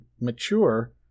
mature